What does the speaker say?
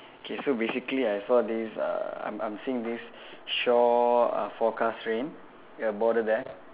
okay so basically I saw this uh I'm I'm seeing this shore uh forecast rain uh border there